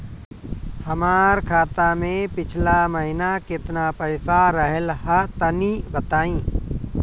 हमार खाता मे पिछला महीना केतना पईसा रहल ह तनि बताईं?